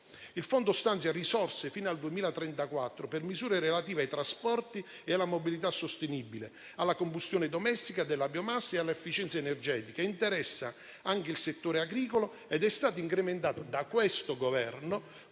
Il fondo stanzia risorse fino al 2034 per misure relative ai trasporti e alla mobilità sostenibile, alla combustione domestica della biomassa e all'efficienza energetica, interessa anche il settore agricolo ed è stato incrementato da questo Governo